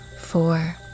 four